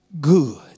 good